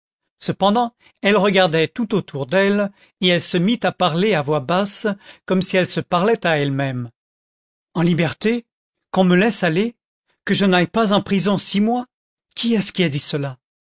cependant elle regardait tout autour d'elle et elle se mit à parler à voix basse comme si elle se parlait à elle-même en liberté qu'on me laisse aller que je n'aille pas en prison six mois qui est-ce qui a dit cela